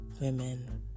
women